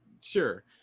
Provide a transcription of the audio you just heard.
Sure